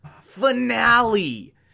finale